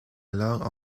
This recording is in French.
alors